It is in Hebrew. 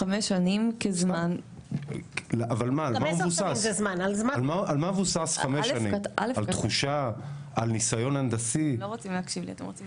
חמש שנים זה פרק זמן שבו מצד אחד יכולות להיות